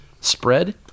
spread